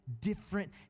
different